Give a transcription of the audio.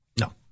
No